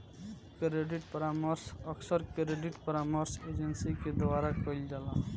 credit परामर्श अक्सर credit परामर्श एजेंसी के द्वारा कईल जाला